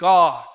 God